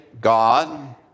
God